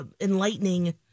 enlightening